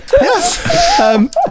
yes